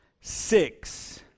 Six